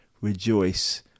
rejoice